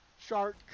shark